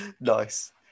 nice